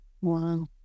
Wow